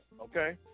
okay